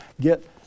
get